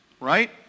Right